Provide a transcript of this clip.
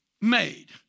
made